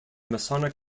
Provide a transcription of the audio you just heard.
masonic